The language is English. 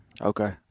Okay